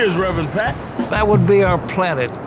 reverend pat that would be our planet.